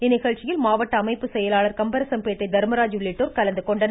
இந்நிகழ்ச்சியில் மாவட்ட அமைப்பு செயலாளர் கம்பரசம்பேட்டை தர்மராஜ் உள்ளிட்டோர் கலந்து கொண்டனர்